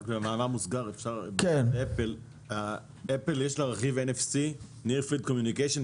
רק במאמר מוסגר: ל"אפל" יש רכיב NFC - Near Field Communication,